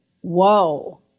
whoa